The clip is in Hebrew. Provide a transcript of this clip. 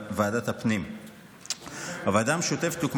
ועדת הפנים והגנת הסביבה וועדת המדע והטכנולוגיה.